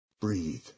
Breathe